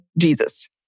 Jesus